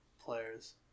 players